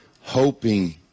hoping